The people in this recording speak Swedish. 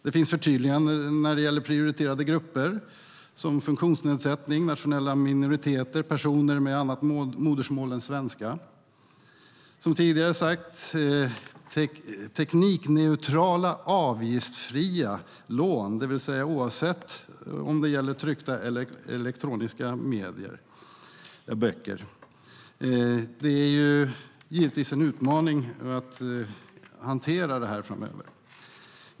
Det finns förtydliganden när det gäller prioriterade grupper som funktionsnedsatta, nationella minoriteter och personer med annat modersmål än svenska. Som tidigare sagts är teknikneutrala, avgiftsfria lån, oavsett om det gäller tryckta eller elektroniska böcker, givetvis en utmaning att hantera från webben.